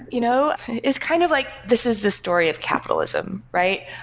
you know it's kind of like this is the story of capitalism, right?